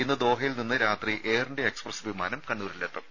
ഇന്ന് ദോഹയിൽ നിന്ന് രാത്രി എയർ ഇന്ത്യ എക്സ്പ്രസ് വിമാനം കണ്ണൂരിലെത്തും